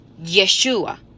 yeshua